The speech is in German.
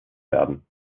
werden